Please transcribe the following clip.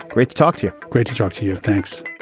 great to talk to you. great to talk to you. thanks